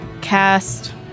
cast